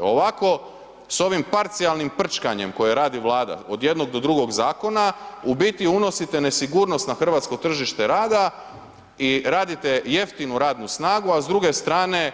Ovako s ovim parcijalnim prčkanjem koje radi Vlada, od jednog do drugog zakona, u biti unosite nesigurnost na hrvatsko tržište rada i radite jeftinu radnu snagu a s druge strane